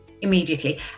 immediately